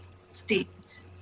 state